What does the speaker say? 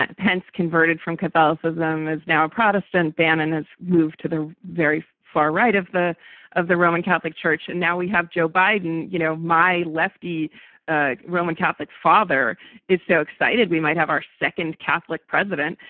ah pence, converted from catholicism is now a protestant band and has moved to the very far right of the of the roman catholic church. and now we have joe biden. you know, my lefty ah roman catholic father is so excited we might have our second catholic president.